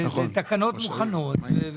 אלה תקנות מוכנות.